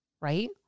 right